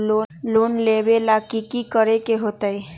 Loan लेबे ला की कि करे के होतई?